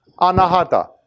Anahata